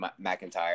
McIntyre